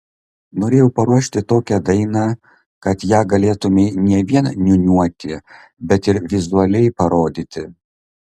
norėjau paruošti tokią dainą kad ją galėtumei ne vien niūniuoti bet ir vizualiai parodyti